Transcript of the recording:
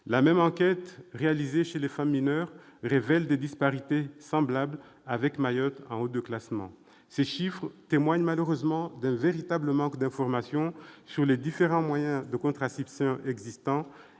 La même enquête, réalisée auprès de femmes mineures, révèle des disparités semblables, Mayotte figurant en haut du classement Ces chiffres témoignent malheureusement d'un véritable manque d'information sur les différents moyens de contraception existants